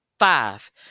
Five